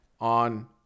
on